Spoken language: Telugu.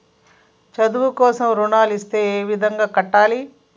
చదువు కోసం రుణాలు ఇస్తే ఏ విధంగా కట్టాలి?